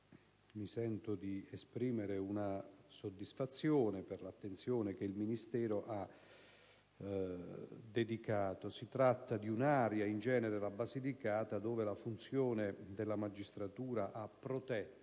mi sento di esprimere una soddisfazione per l'attenzione che il Ministero ha dedicato. Si tratta di un'area, quella della Basilicata, dove in genere la funzione della magistratura ha protetto